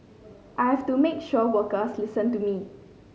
I have to make sure workers listen to me